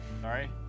Sorry